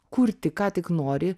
kurti ką tik nori